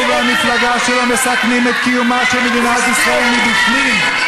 הוא והמפלגה שלו מסכנים את קיומה של מדינת ישראל מבפנים,